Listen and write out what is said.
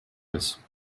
ist